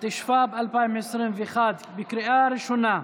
התשפ"ב 2021, לקריאה ראשונה.